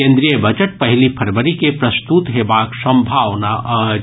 केन्द्रीय बजट पहिली फरवरी के प्रस्तुत हेबाक संभावना अछि